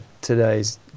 today's